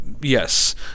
Yes